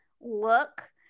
look